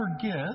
forget